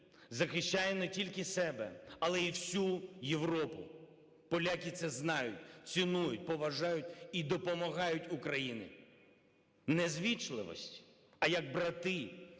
захищає не тільки себе, але і всю Європу. Поляки це знають, цінують, поважають і допомагають Україні. Не із ввічливості, а як брати